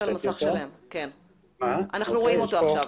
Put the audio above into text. --- אנחנו רואים אותו עכשיו.